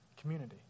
Community